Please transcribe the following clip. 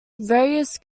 various